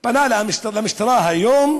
פנה למשטרה היום,